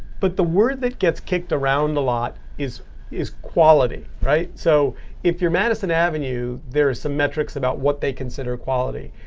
but the word that gets kicked around a lot is is quality. so if you're madison avenue, there are some metrics about what they consider quality.